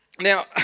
Now